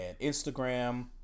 Instagram